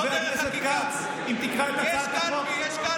חבר הכנסת כץ, אם תקרא את הצעת החוק, יש קלפי.